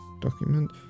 Document